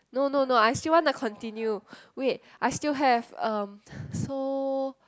no no no I still want to continue wait I still have um so